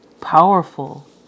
powerful